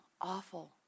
awful